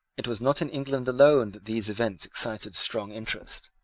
it was not in england alone that these events excited strong interest.